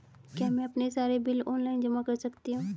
क्या मैं अपने सारे बिल ऑनलाइन जमा कर सकती हूँ?